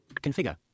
Configure